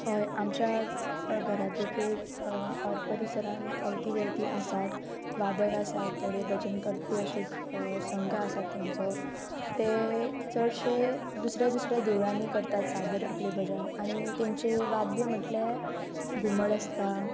हय आमच्या घरातक ऑर परिसरान अवती भोंवती आसात वादक आसात थोडे भजन करपी अशे संघ आसात तेंचो ते चडशे दुसऱ्या दुसऱ्या देवळांनी करतात सादर आपले भजन आनी तेंचे वाद्य म्हटले घुमड आसता